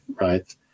right